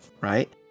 right